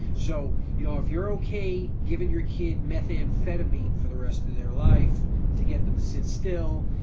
so you know if you're okay giving your kid methamphetamine for the rest of their life to get them to sit still,